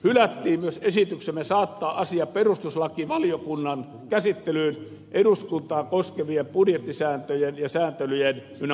lisäksi hylättiin myös esityksemme saattaa asia perustuslakivaliokunnan käsittelyyn eduskuntaa koskevien budjettisääntöjen ja sääntelyjen ynnä muuta